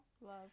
Love